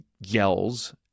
yells